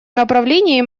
направлении